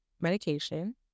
medication